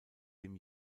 dem